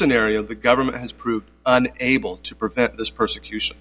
scenario the government has proved able to prevent this persecution